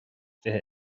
fiche